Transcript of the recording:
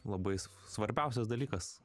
labai svarbiausias dalykas